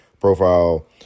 profile